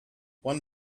one